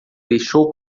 deixou